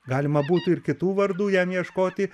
galima būtų ir kitų vardų jam ieškoti